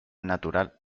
natural